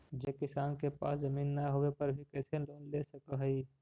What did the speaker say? जे किसान के पास जमीन न होवे पर भी कैसे लोन ले सक हइ?